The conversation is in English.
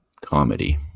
comedy